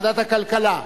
כלכלה.